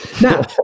Now